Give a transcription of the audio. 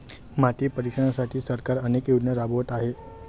माती परीक्षणासाठी सरकार अनेक योजना राबवत आहे